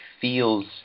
feels